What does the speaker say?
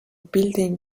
building